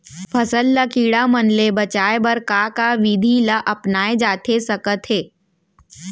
फसल ल कीड़ा मन ले बचाये बर का का विधि ल अपनाये जाथे सकथे?